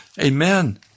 Amen